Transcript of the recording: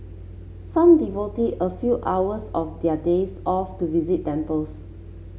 some devoted a few hours of their days off to visit temples